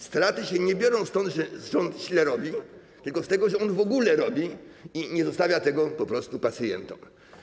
Straty nie biorą się z tego, że rząd źle robi, tylko z tego, że on w ogóle robi i nie zostawia tego po prostu pacjentom.